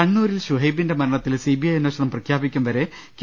കണ്ണൂരിൽ ഷുഹൈബിന്റെ മരണത്തിൽ സിബിഐ അന്വേഷണം പ്രഖ്യാപിക്കുംവരെ കെ